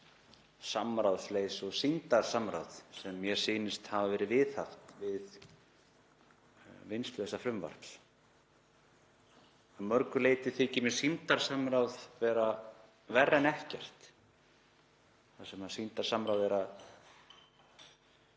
samráðsleysi og sýndarsamráð sem mér sýnist hafa verið viðhaft við vinnslu þessa frumvarps. Að mörgu leyti þykir mér sýndarsamráð vera verra en ekkert þar sem sýndarsamráð veitir